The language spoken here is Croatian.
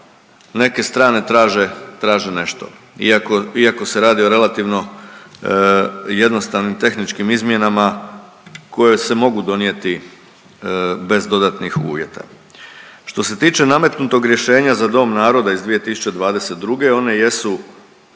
neke strane traže nešto, iako se radi o relativno jednostavnim tehničkim izmjenama koje se mogu donijeti bez dodatnih uvjeta. Što se tiče nametnutog rješenja za Dom naroda iz 2022., one jesu